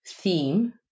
theme